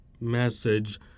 message